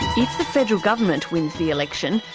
if the federal government wins the election,